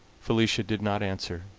felicia did not answer,